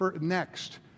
next